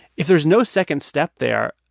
if there's no second step there,